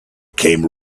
came